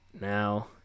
Now